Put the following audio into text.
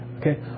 okay